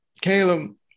caleb